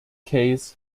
case